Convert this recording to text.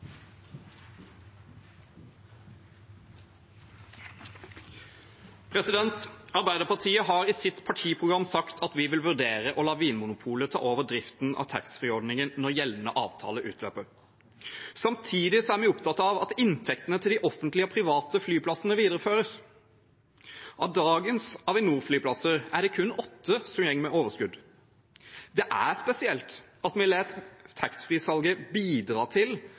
Arbeiderpartiet har i partiprogrammet sagt at vi vil vurdere å la Vinmonopolet ta over driften av taxfree-ordningen når gjeldende avtale utløper. Samtidig er vi opptatt av at inntektene til de offentlige og private flyplassene videreføres. Av dagens Avinor-flyplasser er det kun åtte som går med overskudd. Det er spesielt at vi lar taxfree-salget bidra til